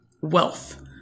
wealth